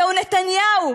זהו נתניהו,